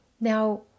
Now